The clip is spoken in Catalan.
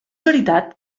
veritat